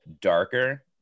darker